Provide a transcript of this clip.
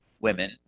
women